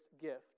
gift